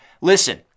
listen